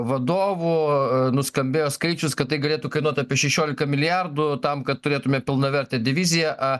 vadovo nuskambėjo skaičius kad tai galėtų kainuot apie šešioliką milijardų tam kad turėtume pilnavertę diviziją